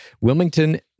Wilmington